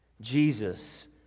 Jesus